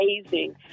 amazing